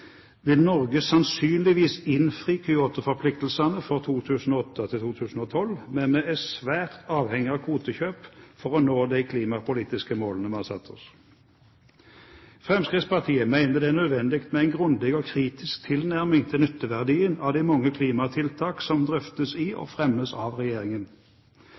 vil Norge sannsynligvis innfri Kyoto-forpliktelsene fra 2008 til 2012, men vi er svært avhengige av kvotekjøp for å nå de klimapolitiske målene vi har satt oss. Fremskrittspartiet mener det er nødvendig med en grundig og kritisk tilnærming til nytteverdien av de mange klimatiltak som drøftes i og fremmes av regjeringen.